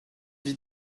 vit